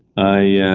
i